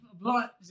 blunt